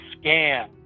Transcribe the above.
scan